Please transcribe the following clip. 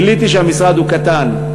גיליתי שהמשרד הוא קטן,